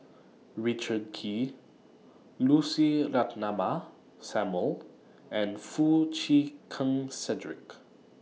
Richard Kee Lucy Ratnammah Samuel and Foo Chee Keng Cedric